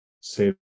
say